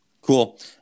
Cool